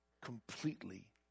completely